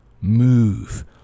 move